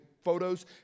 photos